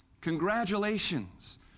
Congratulations